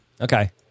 okay